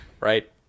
Right